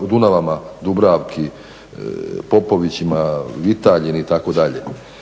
Dunavama, Dubravki, Popovićima, Vitaljini itd.